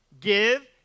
give